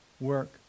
work